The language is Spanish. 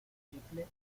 chicle